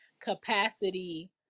capacity